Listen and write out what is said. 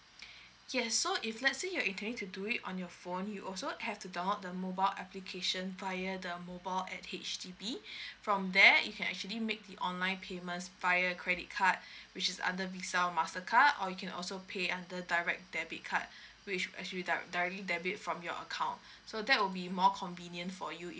yes so if let's say you're intending to do it on your phone you also have to download the mobile application via the mobile at H_D_B from there you can actually make the online payment via credit card which is under visa mastercard or you can also pay under direct debit card which actually dir~ directly debit from your account so that will be more convenient for you